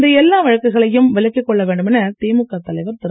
இந்த எல்லா வழக்குகளையும் விலக்கிக் கொள்ள வேண்டும் என திமுக தலைவர் திரு